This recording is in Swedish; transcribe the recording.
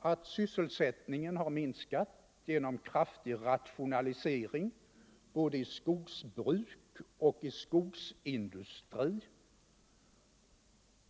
att sysselsättningen har minskat genom kraftig rationalisering både inom skogsbruket och inom skogsindustrin.